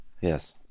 Yes